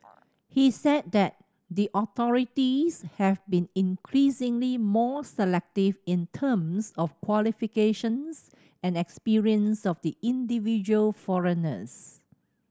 he said that the authorities have been increasingly more selective in terms of qualifications and experience of the individual foreigners